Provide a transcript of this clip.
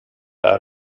out